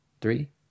three